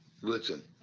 Listen